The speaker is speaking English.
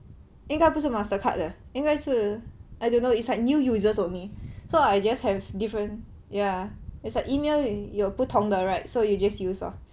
应该不是 Mastercard leh 应该是 I don't know it's like new users only so I just have different ya it's like email 有不同的 right so you just use ah